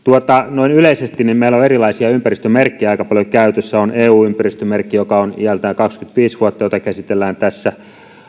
noin yleisesti meillä on erilaisia ympäristömerkkejä aika paljon käytössä on eu ympäristömerkki joka on iältään kaksikymmentäviisi vuotta ja jota käsitellään tässä